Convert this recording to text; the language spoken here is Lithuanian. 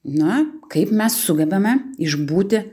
na kaip mes sugebame išbūti